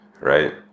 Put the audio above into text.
right